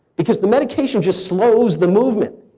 because the medication just slows the movement.